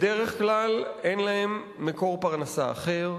בדרך כלל אין להן מקור פרנסה אחר.